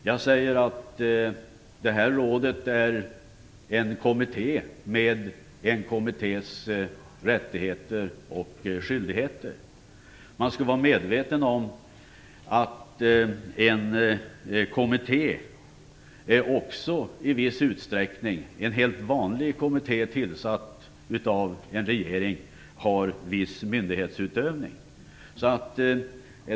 Jag säger att det är en kommitté med en sådans rättigheter och skyldigheter. Man skall vara medveten om att en helt vanlig av en regering tillsatt kommitté också i viss utsträckning har en myndighetsutövande uppgift.